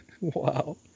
wow